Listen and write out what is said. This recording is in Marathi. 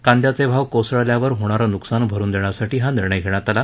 कांद्याचे भाव कोसळल्यावर होणारं नुकसान भरून देण्यासाठी हा निर्णय घेण्यात आला